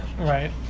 Right